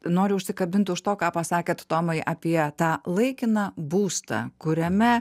noriu užsikabint už to ką pasakėt tomai apie tą laikiną būstą kuriame